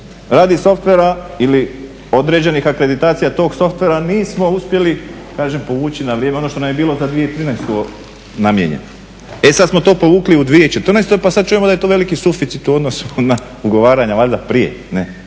radi softvera ili određenih akreditacija tog softvera to nismo uspjeli kažem povući na vrijeme, ono što nam je bilo za 2013. namijenjeno. E sad smo to povukli u 2014. pa sad čujemo da je to veliki suficit u odnosu na ugovaranja valjda prije, jer